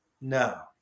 No